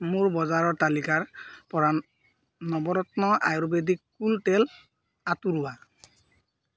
মোৰ বজাৰৰ তালিকাৰপৰা নৱৰত্ন আয়ুৰ্বেদিক কুল তেল আঁতৰোৱা